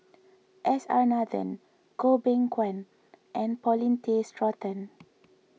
S R Nathan Goh Beng Kwan and Paulin Tay Straughan